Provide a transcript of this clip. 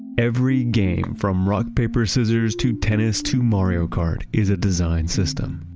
every game from rock paper scissors, to tennis to mario kart is a design system.